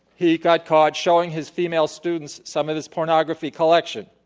he got caught showing his female students some of his pornography collection.